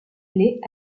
blés